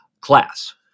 class